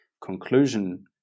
conclusion